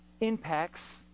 impacts